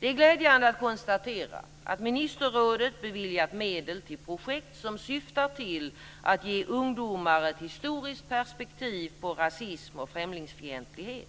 Det är glädjande att konstatera att ministerrådet beviljat medel till projekt som syftar till att ge ungdomar ett historiskt perspektiv på rasism och främlingsfientlighet